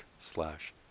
slash